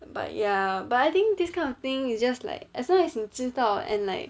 but ya but I think this kind of thing it's just like as long as 你知道 and like